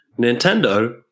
Nintendo